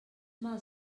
mal